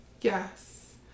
Yes